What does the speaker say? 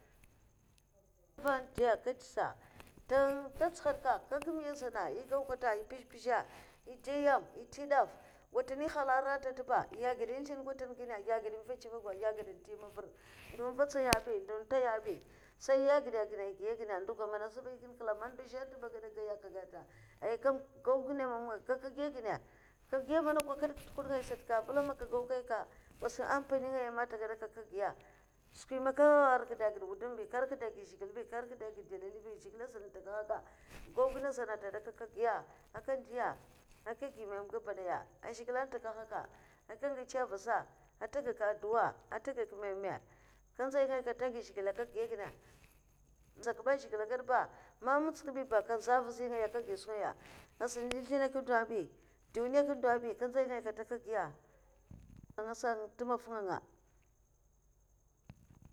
Kuban de aka kadè sa ta dzuhad ka, kagi miya a zana, yè gau kata nyè pizh pizhè eh de yè yam, ai nte daf watani yè hala aranta yè gide zlin gwatan ginne yè ged vèchè vogwa, ye gedn nte mavar ndu vatsya bi ndu ntaya bi sai ye gide gide ai giya gine nduga mana azbay gine kila buka man ndu zhe nta bu agada gaiya kagata ai kam gau gine mamga kaga giya gine ka giya manakkwa aka kid ka ntwu hudngaya sata kagiya ke? Ambula man ka gau kabi ka, kos ampani ngaya ama nta gadaka, aka giya skwimana nka rekda agida wudum bi ka rekda agad zhigile bi, ka rekda agada dalili bi zhigilè azuna ataka haka gau gine azana azun tagadaka nya aka ndiya aka ge meme gabadaya a zhigile n'takahanka aka ngecha avasa ata gakak addua ata gak meme, nka nzay kata aged zhigile aka nguiya gine nzakba a zhigile gada man mutska kabi ba nga nza vuziya ngaya aka gi skwingaya azun zlina ked ndo bi duniya aked ndo bi ka nzay kata aka giya angasa ngu nte nasa ngu tè maf'nga anga